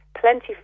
plenty